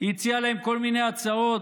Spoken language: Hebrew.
הציעה להם כל מיני הצעות,